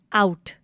out